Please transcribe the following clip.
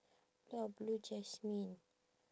ya Blue Jasmine